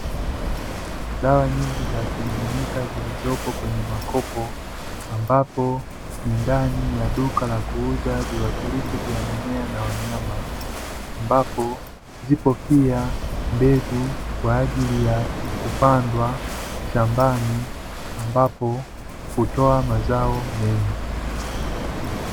Dawa nyingi za kimiminika zilizopo kwenye makopo ndani ya duka la kuuza viwatilifu vya mimea na wanyama, ambapo pia zipo mbegu kwa ajili ya kupandwa shambani, ambapo hutoa mazao mengi.